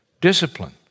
discipline